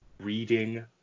reading